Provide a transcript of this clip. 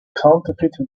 counterfeit